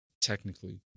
Technically